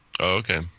Okay